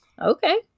Okay